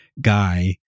guy